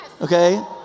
okay